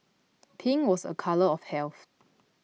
pink was a colour of health